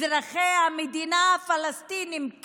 אזרחי המדינה הפלסטינים.